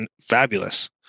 fabulous